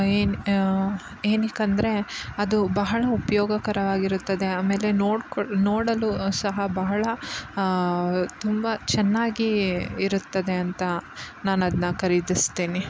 ಏನು ಏನಕ್ಕಂದ್ರೆ ಅದು ಬಹಳ ಉಪಯೋಗಕರವಾಗಿರುತ್ತದೆ ಆಮೇಲೆ ನೋಡ್ಕೊ ನೋಡಲು ಸಹ ಬಹಳ ತುಂಬ ಚೆನ್ನಾಗಿಯೇ ಇರುತ್ತದೆ ಅಂತ ನಾನದನ್ನ ಖರೀದಿಸ್ತೇನೆ